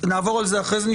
נעבור על זה אחרי זה.